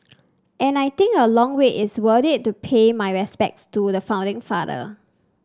and I think a long wait is worth it to pay my respects to the founding father